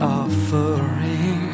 offering